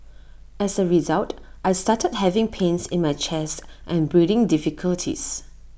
as A result I started having pains in my chest and breathing difficulties